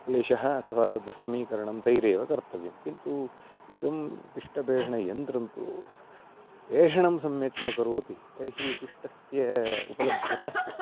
क्लेशः अथवा तद् समीकरणं तैरेव कर्तव्यं किन्तु इदं पिष्टपेषणयन्त्रं तु पेषणं सम्यक् न करोति तर्हि पिष्टस्य उपलब्धिर्न स्यात्